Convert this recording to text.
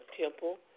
temple